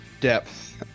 depth